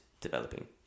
developing